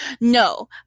No